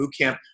Bootcamp